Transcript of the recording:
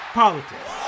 politics